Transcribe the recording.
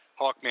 Hawkman